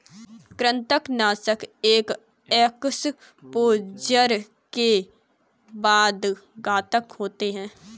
कृंतकनाशक एक एक्सपोजर के बाद घातक होते हैं